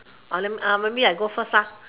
maybe I go first lah